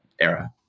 era